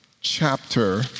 chapter